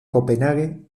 copenhague